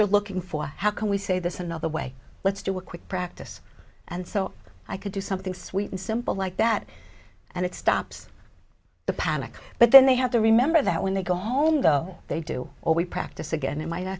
you're looking for how can we say this another way let's do a quick practice and so i could do something sweet and simple like that and it stops the panic but then they have to remember that when they go home go they do or we practice again in m